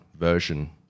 version